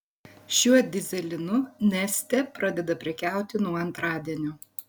šiuo dyzelinu neste pradeda prekiauti nuo antradienio